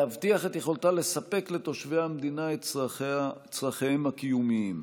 להבטיח את יכולתה לספק לתושבי המדינה את צורכיהם הקיומיים.